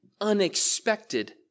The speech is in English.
unexpected